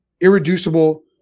irreducible